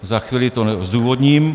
Za chvíli to zdůvodním.